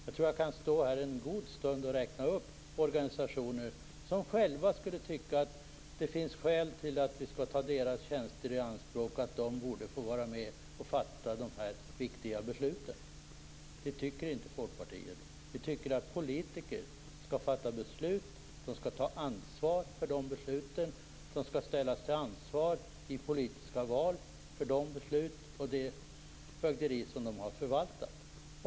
Jag kan stå här en god stund och räkna upp organisationer som själva skulle tycka att det finns skäl till att vi skall ta deras tjänster i anspråk och att de borde få vara med och fatta de viktiga besluten. Det tycker inte vi i Folkpartiet. Vi tycker att politiker skall fatta beslut och ta ansvar för de besluten. De skall ställas till svars i politiska val för de beslut de har fattat och det fögderi de har förvaltat.